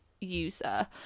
user